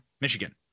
Michigan